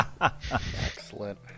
Excellent